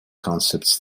concepts